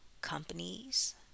companies